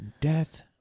death